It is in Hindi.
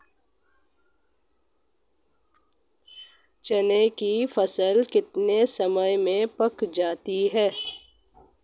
चने की फसल कितने समय में पक जाती है?